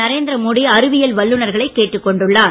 நரேந்திரமோடி அறிவியல் வல்லுநர்களைக் கேட்டுக் கொண்டுள்ளார்